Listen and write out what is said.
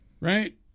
right